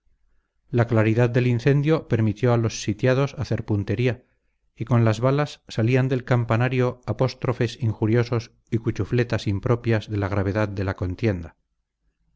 la claridad del incendio permitió a los sitiados hacer puntería y con las balas salían del campanario apóstrofes injuriosos y cuchufletas impropias de la gravedad de la contienda